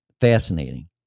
fascinating